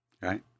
Right